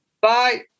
Bye